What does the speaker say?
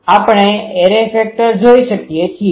આપણે array factor જોઈ શકીએ છીએ